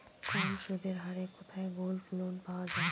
কম সুদের হারে কোথায় গোল্ডলোন পাওয়া য়ায়?